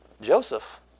Joseph